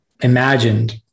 imagined